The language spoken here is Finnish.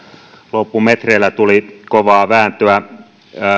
loppumetreillä tuli kovaa vääntöä